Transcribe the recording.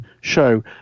show